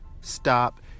stop